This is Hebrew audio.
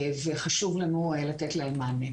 וחשוב לנו לתת להם מענה.